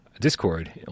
Discord